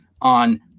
on